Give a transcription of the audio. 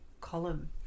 column